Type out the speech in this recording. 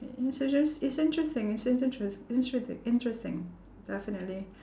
so just it's interesting it's interes~ interes~ interesting definitely